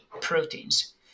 proteins